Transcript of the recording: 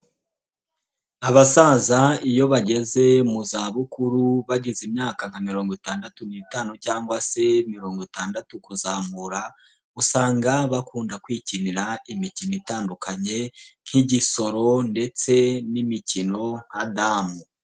Abasaza iyo bageze mu zabukuru bageze imyaka nka mirongo itandatu n'itanu cyangwa se mirongo itandatu kuzamura, usanga bakunda kwikinira imikino itandukanye, nk'igisoro ndetse n'imikino nk'adamu.